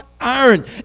iron